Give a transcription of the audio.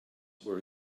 were